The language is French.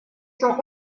sont